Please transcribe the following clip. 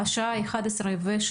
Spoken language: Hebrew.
השעה היא 11:06,